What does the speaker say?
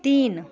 तीन